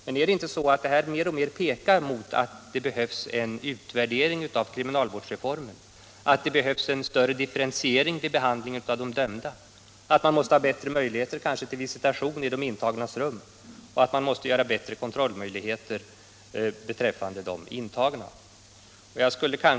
Pekar inte det våld som förekommer på anstalterna mot att det behövs en utvärdering av kriminalvårdsreformen, att det t.ex. behövs en större differentiering vid behandlingen av de dömda, att man kanske måste ha bättre möjligheter till visitation i de intagnas rum och att man generellt måste ha bättre kontrollmöjligheter beträffande de intagna?